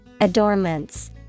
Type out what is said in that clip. Adornments